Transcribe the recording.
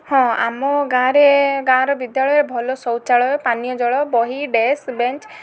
ହଁ ଆମ ଗାଁରେ ଗାଁର ବିଦ୍ୟାଳୟ ଭଲ ଶୌଚାଳୟ ପାନୀୟ ଜଳ ବହି ଡେସ୍କ ବେଞ୍ଚ